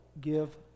give